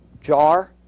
jar